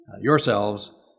yourselves